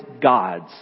gods